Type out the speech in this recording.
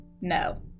no